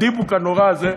הדיבוק הנורא הזה,